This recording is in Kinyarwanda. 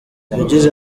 yagize